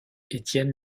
etienne